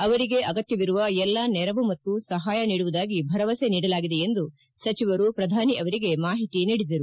ಅವರಿಗೆ ಅಗತ್ಯವಿರುವ ಎಲ್ಲಾ ನೆರವು ಮತ್ತು ಸಹಾಯ ನೀಡುವುದಾಗಿ ಭರವಸೆ ನೀಡಲಾಗಿದೆ ಎಂದು ಸಚಿವರು ಪ್ರಧಾನಿ ಅವರಿಗೆ ಮಾಹಿತಿ ನೀಡಿದರು